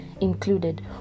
included